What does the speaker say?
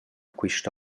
quist